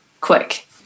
quick